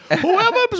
Whoever